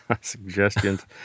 Suggestions